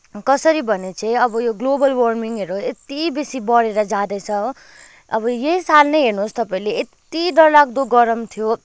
कसरी भने चाहिँ अब यो ग्लोबल वार्मिङहरू यति बेसी बढेर जाँदैछ हो अब यही साल नै हेर्नुहोस् तपाईँहरूले यति डरलाग्दो गरम थियो